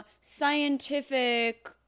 scientific